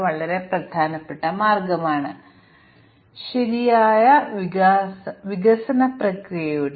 ഞങ്ങളുടെ ടെസ്റ്റ് കേസുകളിൽ പ്രശ്നമുണ്ടെന്ന് ഞങ്ങൾ പറയുന്നു